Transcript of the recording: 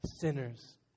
sinners